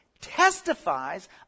testifies